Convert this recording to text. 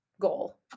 goal